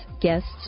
guests